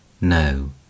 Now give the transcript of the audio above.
No